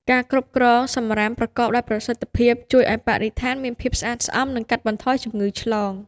ការគ្រប់គ្រងសំរាមប្រកបដោយប្រសិទ្ធភាពជួយឱ្យបរិស្ថានមានភាពស្អាតស្អំ និងកាត់បន្ថយជំងឺឆ្លង។